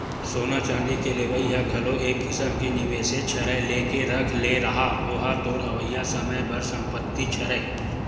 सोना चांदी के लेवई ह घलो एक किसम के निवेसेच हरय लेके रख ले रहा ओहा तोर अवइया समे बर संपत्तिच हरय